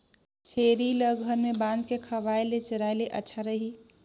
छेरी ल घर म बांध के खवाय ले चराय ले अच्छा रही?